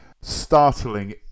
startling